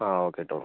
ആ ഓക്കെ ഇട്ടോളൂ